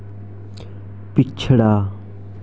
पिछड़ा